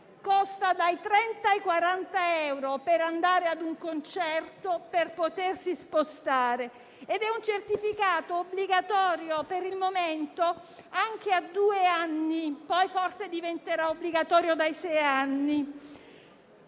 costa dai 30 ai 40 euro. E questo per andare ad un concerto e per potersi spostare. Ed è un certificato obbligatorio, per il momento anche a due anni; poi forse diventerà obbligatorio dai sei anni.